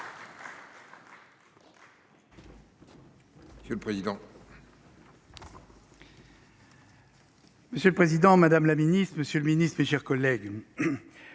Monsieur le Président Madame la Ministre, Monsieur le Ministre, mes chers collègues.